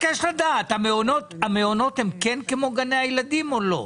לדעת, המעונות הם כן כמו גני הילדים או לא?